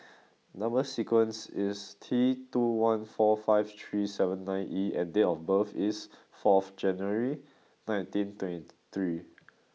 number sequence is T two one four five three seven nine E and date of birth is fourth January nineteen twenty three